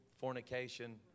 fornication